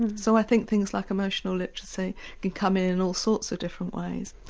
and so i think things like emotional literacy can come in all sorts of different ways.